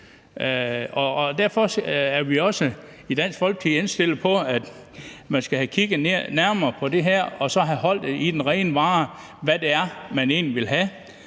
Derfor er vi også i Dansk Folkeparti indstillet på, at man skal have kigget nærmere på det her og så holde sig til den rene vare, i forhold til hvad det er, man egentlig vil have.